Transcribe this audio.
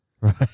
Right